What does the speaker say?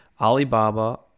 Alibaba